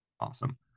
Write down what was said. Awesome